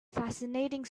fascinating